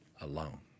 alone